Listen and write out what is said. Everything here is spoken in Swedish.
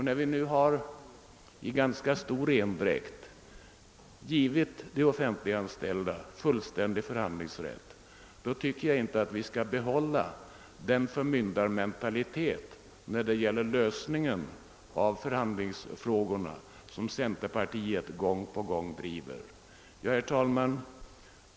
När vi nu i ganska stor endräkt givit de offentliganställda fullständig förhandlingsrätt tycker jag inte att vi skall behålla den förmyndarmentalitet när det gäller lösningen av förhandlingsfrågorna som centerpartiet gång på gång ger uttryck för. Herr talman!